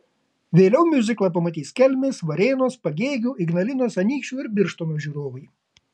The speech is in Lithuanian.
vėliau miuziklą pamatys kelmės varėnos pagėgių ignalinos anykščių ir birštono žiūrovai